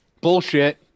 bullshit